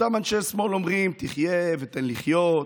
אותם אנשי שמאל אומרים: חיה ותן לחיות.